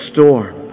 storm